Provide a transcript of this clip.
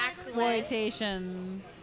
exploitation